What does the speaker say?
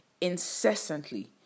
incessantly